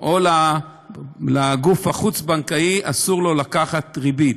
או לגוף החוץ-בנקאי, אסור לקחת ריבית,